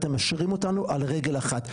אתם משאירים אותנו על רגל אחת,